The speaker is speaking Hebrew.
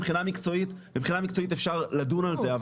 מבחינה מקצועית אפשר לדון על זה.